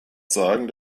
sagen